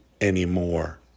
anymore